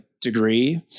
degree